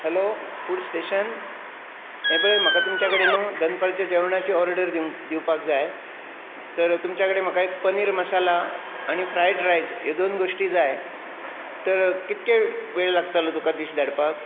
hello food station हें पळय म्हाका तुमच्या कडेन न्ही दनपारच्या जेवणाची ऑडर दिवपाक जाय तर तुमच्या कडेन म्हाका एक पनीर मसाला आनी फ्रायड रायस ह्यो दोन गोश्टी जाय तर कितके वेळ लागतलो तुका डिश धाडपाक